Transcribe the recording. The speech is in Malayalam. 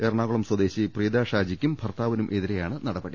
എറണാകുളം സ്വദേശി പ്രീതാ ഷാജിക്കും ഭർത്താവിനും എതിരെയാണ് നടപടി